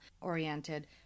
oriented